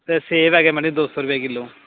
ਅਤੇ ਸੇਬ ਹੈਗੇ ਮੈਡਮ ਜੀ ਦੋ ਸੌ ਰੁਪਏ ਕਿੱਲੋ